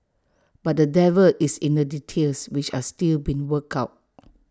but the devil is in the details which are still being worked out